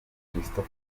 christopher